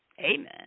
Amen